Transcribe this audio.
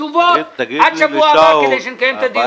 תשובות עד שבוע הבא, כדי שנקיים את הדיון.